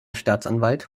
staatsanwalt